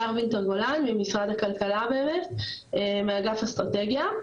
הדר וינטר גולן ממשרד הכלכלה, אגף אסטרטגיה.